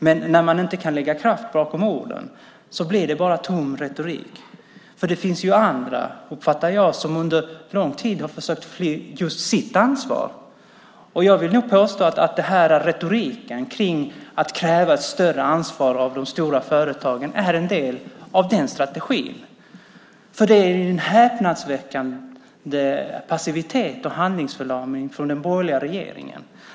Men när man inte kan lägga kraft bakom orden blir det bara tom retorik. Jag uppfattar att det finns andra som under lång tid har försökt fly sitt ansvar. Jag vill nog påstå att retoriken att kräva ett större ansvar av de stora företagen är en del av den strategin. Det finns en häpnadsväckande passivitet och handlingsförlamning hos den borgerliga regeringen.